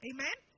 Amen